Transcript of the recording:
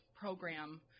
program